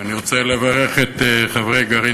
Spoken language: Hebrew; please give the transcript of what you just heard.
אני רוצה לברך את חברי גרעין